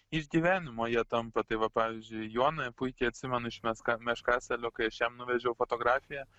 iš gyvenimo jie tampa tai va pavyzdžiui joną puikiai atsimenu iš meska meškasalio kai aš jam nuvežiau fotografiją